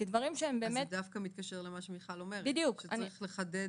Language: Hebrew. זה דווקא מתקשר למה שמיכל אומרת שצריך לחדד